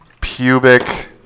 Pubic